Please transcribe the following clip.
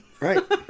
right